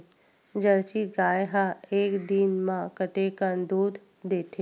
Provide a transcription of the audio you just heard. Jersey गाय ह एक दिन म कतेकन दूध देथे?